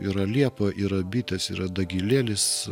yra liepa yra bitės yra dagilėlis